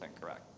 correct